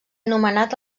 anomenat